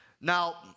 Now